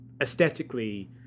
aesthetically